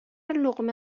لقمه